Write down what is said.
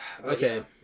Okay